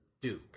Duke